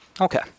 Okay